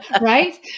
Right